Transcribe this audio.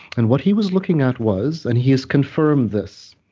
and what he was looking at was, and he has confirmed this.